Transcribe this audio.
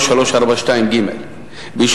שלישיות, ובו